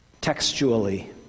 textually